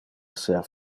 esser